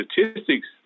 statistics